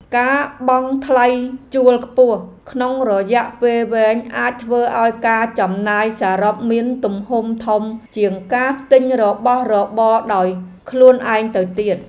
ការបង់ថ្លៃជួលខ្ពស់ក្នុងរយៈពេលវែងអាចធ្វើឱ្យការចំណាយសរុបមានទំហំធំជាងការទិញរបស់របរដោយខ្លួនឯងទៅទៀត។